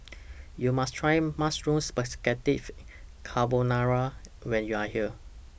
YOU must Try Mushroom Spaghettis Carbonara when YOU Are here